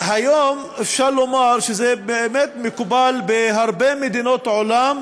היום אפשר לומר שבאמת מקובל בהרבה מדינות בעולם